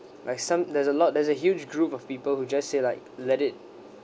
like some there's a lot there's a huge group of people who just say like let it